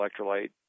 electrolyte